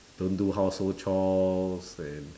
don't do household chores and